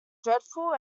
dreadful